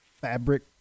fabric